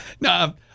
no